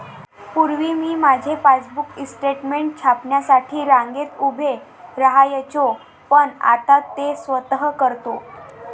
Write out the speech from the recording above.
पूर्वी मी माझे पासबुक स्टेटमेंट छापण्यासाठी रांगेत उभे राहायचो पण आता ते स्वतः करतो